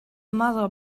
mother